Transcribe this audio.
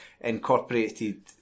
incorporated